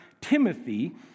Timothy